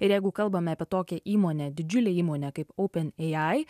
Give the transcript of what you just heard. ir jeigu kalbame apie tokią įmonę didžiulę įmonę kaip openai